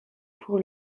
pour